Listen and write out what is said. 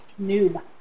noob